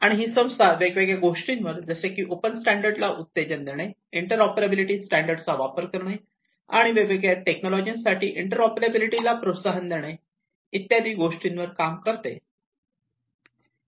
आणि ही संस्था वेगवेगळ्या गोष्टींवर जसे की ओपन स्टॅंडर्ड ला उत्तेजना देणे इंटरोपरेबिलिटी स्टॅंडर्ड चा वापर करणे आणि वेगवेगळ्या टेक्नॉलॉजी साठी इंटरोपरेबिलिटी ला प्रोत्साहन देणे इत्यादीवर काम करते